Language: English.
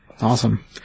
Awesome